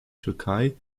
türkei